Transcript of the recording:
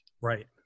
Right